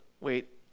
Wait